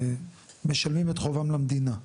שמשלמים את חובם למדינה.